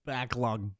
Backlog